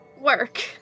work